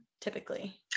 typically